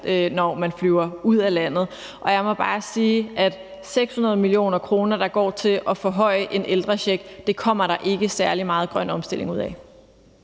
når man flyver ud af landet. Og jeg må bare sige, at 600 mio. kr., der går til at forhøje en ældrecheck, kommer der ikke særlig meget grøn omstilling ud af.